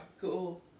Cool